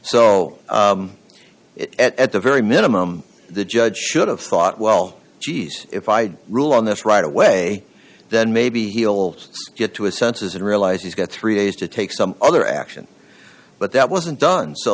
it at the very minimum the judge should have thought well geez if i rule on this right away then maybe he'll get to his senses and realize he's got three days to take some other action but that wasn't done so